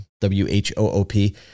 W-H-O-O-P